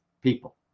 people